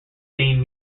theme